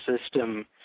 system